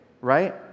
right